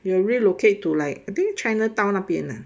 they will relocate to like I think chinatown 那边呢